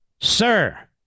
sir